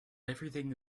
everything